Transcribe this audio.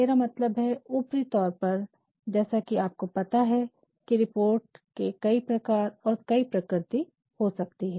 मेरा मतलब है ऊपरी तौर पर जैसा कि आपको पता है रिपोर्ट के कई प्रकार और कई प्रकृति हो सकती है